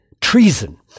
treason